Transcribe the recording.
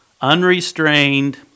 Unrestrained